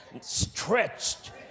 stretched